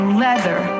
leather